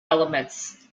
elements